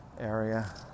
area